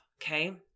Okay